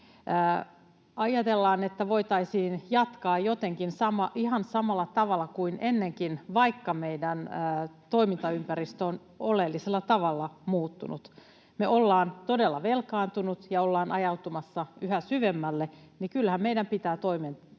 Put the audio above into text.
Ajatellaan, että voitaisiin jatkaa jotenkin ihan samalla tavalla kuin ennenkin, vaikka meidän toimintaympäristö on oleellisella tavalla muuttunut. Me ollaan todella velkaantuneita ja ollaan ajautumassa yhä syvemmälle, joten kyllähän meidän pitää toimenpiteitä